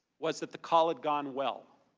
was that the call had gone well.